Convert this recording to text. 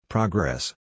Progress